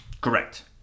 Correct